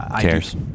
cares